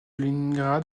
leningrad